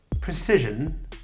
Precision